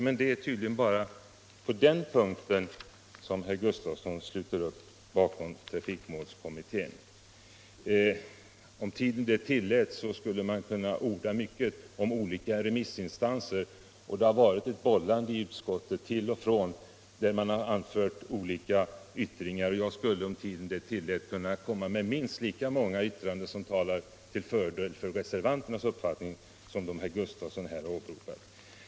Men det är tydligen bara på den punkten som herr Gustafson helt sluter upp bakom trafikmålskommitténs förslag. Om tiden det tillät skulle man kunna orda mycket om inställningen hos olika remissinstanser. Även i utskottet har man åberopat olika remissyttranden. Jag skulle, om tiden medgav, kunna redovisa minst lika många yttranden till förmån för reservanternas uppfattning som dem herr Gustafson här åberopat.